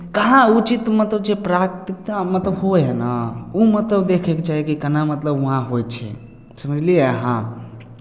कहाँ उचित मतलब जे प्राथमिकता मतलब होइ हइ ने ओ मतलब देखयके चाही जे केना मतलब उहाँ होइ छै समझलियै अहाँ